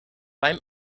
beim